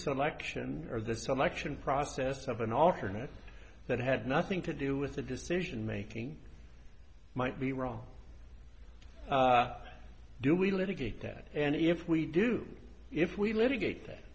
selection or the selection process of an alternate that had nothing to do with the decision making might be wrong do we litigate that and if we do if we litigate that